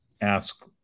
ask